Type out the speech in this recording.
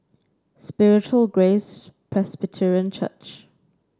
Spiritual Grace Presbyterian Church